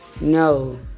No